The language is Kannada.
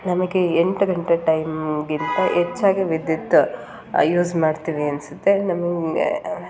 ನಮಗೆ ಎಂಟು ಗಂಟೆ ಟೈಮ್ಗಿಂತ ಹೆಚ್ಚಾಗಿ ವಿದ್ಯುತ್ ಯೂಸ್ ಮಾಡ್ತೀವಿ ಅನಿಸುತ್ತೆ ನಮಗೆ